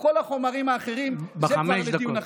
וכל החומרים האחרים זה כבר לדיון אחר.